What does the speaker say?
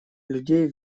людей